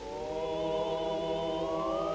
oh